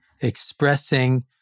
expressing